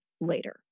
later